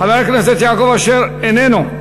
חבר הכנסת יעקב אשר איננו,